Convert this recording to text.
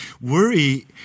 worry